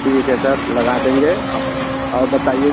ठीक है सर लगा देंगे हम और बताइए